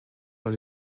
dans